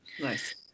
Nice